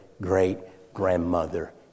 great-grandmother